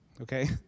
Okay